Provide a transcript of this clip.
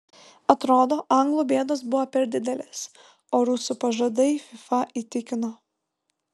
atrodo anglų bėdos buvo per didelės o rusų pažadai fifa įtikino